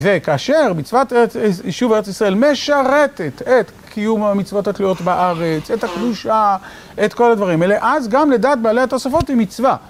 וכאשר מצוות היישוב בארץ ישראל משרתת את קיום המצוות התלויות בארץ, את הקדושה, את כל הדברים האלה, אז גם לדעת בעלי התוספות היא מצווה.